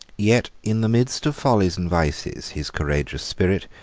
yet, in the midst of follies and vices, his courageous spirit,